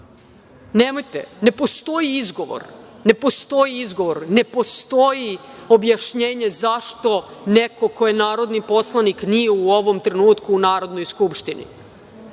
Nemojte, ne postoji izgovor. Ne postoji objašnjenje zašto neko ko je narodni poslanik nije u ovom trenutku u Narodnoj skupštini. Nisu